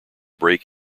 break